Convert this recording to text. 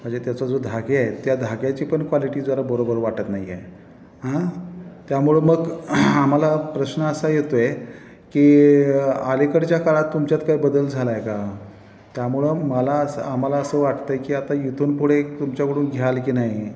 म्हणजे त्याचा जो धागे त्या धाग्याची पण क्वालिटी जरा बरोबर वाटत नाही आहे हां त्यामुळं मग आम्हाला प्रश्न असा येतो आहे की अलिकडच्या काळात तुमच्यात काय बदल झाला आहे का त्यामुळं मला असं आम्हाला असं वाटतं आहे की आता इथून पुढे तुमच्याकडून घ्याल की नाही